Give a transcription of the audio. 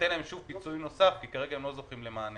שיינתן להם שוב תקצוב נוסף כי כרגע הם לא זוכים למענה.